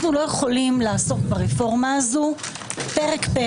אנחנו לא יכולים לעסוק ברפורמה הזו פרק-פרק,